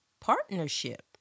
partnership